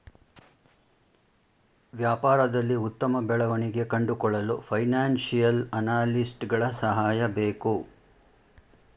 ವ್ಯಾಪಾರದಲ್ಲಿ ಉತ್ತಮ ಬೆಳವಣಿಗೆ ಕಂಡುಕೊಳ್ಳಲು ಫೈನಾನ್ಸಿಯಲ್ ಅನಾಲಿಸ್ಟ್ಸ್ ಗಳ ಸಹಾಯ ಬೇಕು